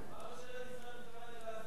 מה ממשלת ישראל מתכוונת לעשות?